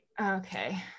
Okay